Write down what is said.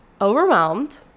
overwhelmed